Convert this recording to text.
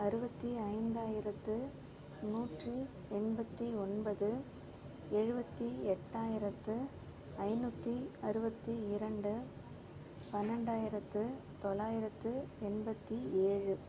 அறுபதி ஐந்தாயிரத்து நூற்றி எண்பத்தி ஒன்பது எழுபத்தி எட்டாயிரத்து ஐந்நூற்றி அறுபத்தி இரண்டு பன்னண்டாயிரத்து தொள்ளாயிரத்து எண்பத்தி ஏழு